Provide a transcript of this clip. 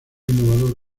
innovador